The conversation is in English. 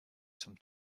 some